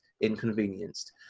inconvenienced